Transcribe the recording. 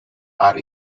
are